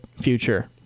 future